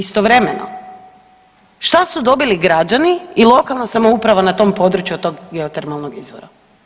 Istovremeno šta su dobili građani i lokalna samouprava na tom području od tog geotermalnog izvora?